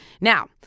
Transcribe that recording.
Now